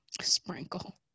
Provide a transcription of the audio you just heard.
sprinkle